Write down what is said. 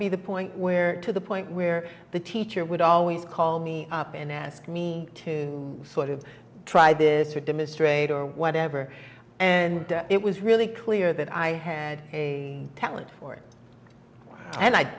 be the point where to the point where the teacher would always call me up and ask me to sort of try did to demonstrate or whatever and it was really clear that i had a talent for it and i